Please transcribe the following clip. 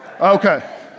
Okay